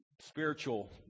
spiritual